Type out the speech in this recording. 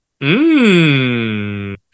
Mmm